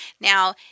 Now